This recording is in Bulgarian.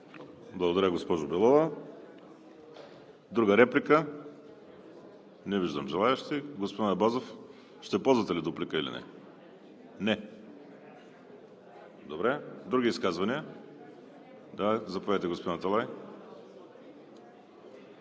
Благодаря, госпожо Белова. Друга реплика? Не виждам желаещи. Господин Абазов, ще ползвате ли дуплика или не? Не, добре. Други изказвания? Заповядайте, господин Аталай.